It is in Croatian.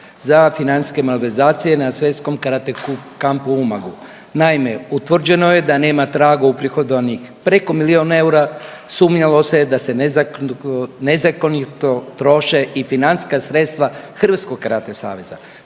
za financijske malverzacije na Svjetskom karate kampu u Umagu. Naime, utvrđeno je da nema traga uprihodovanih preko milijun eura, sumnjalo se da se nezakonito troše i financijska sredstva Hrvatskog karate saveza.